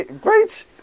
Great